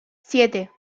siete